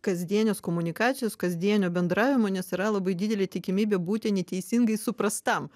kasdienės komunikacijos kasdienio bendravimo nes yra labai didelė tikimybė būti neteisingai suprastam